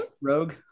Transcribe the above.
rogue